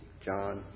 John